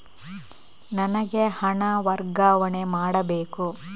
ನನಗೆ ಹಣ ವರ್ಗಾವಣೆ ಮಾಡಬೇಕು